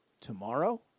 tomorrow